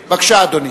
בבקשה, אדוני.